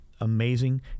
amazing